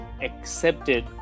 accepted